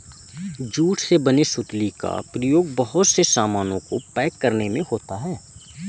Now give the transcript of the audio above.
jute से बने सुतली का प्रयोग बहुत से सामानों को पैक करने में होता है